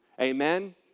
Amen